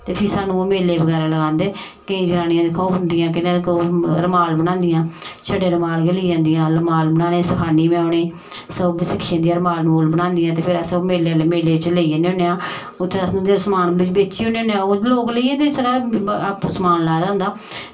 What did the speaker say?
ते फ्ही सानूं ओह् मेले बगैरा लगांदे केईं जनानियां दिक्खो आं ओह् बुनदियां रमाल बनांदियां छड़े रमाल गै लेई आंदियां रमाल बनाना सखानी में उ'नें ई सब सिक्खी जंदियां रमाल रमूल बनांदियां ते फिर अस ओह् मेले च लेई जन्ने होने आं ते उत्थें अस उं'दा समान बेची ओड़ने होने आं लोग लेई जंदे छड़ा आपूं समान लाए दा होंदा